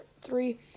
three